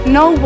no